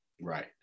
Right